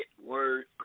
word